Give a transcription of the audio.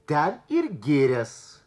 ten ir girias